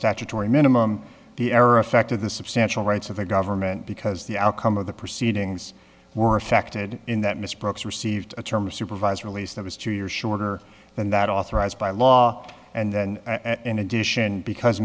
statutory minimum the error affected the substantial rights of the government because the outcome of the proceedings were affected in that mr brooks received a term of supervised release that was two years shorter than that authorized by law and then in addition because